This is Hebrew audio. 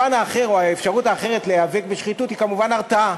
האפשרות האחרת להיאבק בשחיתות היא כמובן הרתעה,